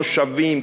מושבים,